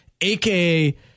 AKA